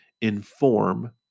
inform